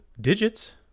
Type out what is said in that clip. digits